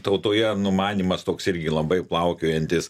tautoje numanymas toks irgi labai plaukiojantis